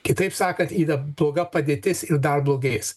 kitaip sakant yra bloga padėtis ir dar blogės